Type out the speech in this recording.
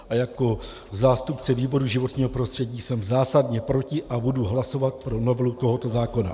A jako zástupce výboru pro životní prostředí jsem zásadně proti a budu hlasovat pro novelu tohoto zákona.